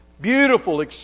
Beautiful